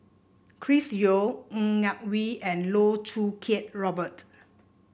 Chris Yeo Ng Yak Whee and Loh Choo Kiat Robert